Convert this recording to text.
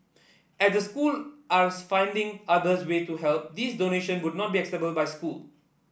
as the school are finding others way to help these donation would not be accepted by school